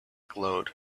glowed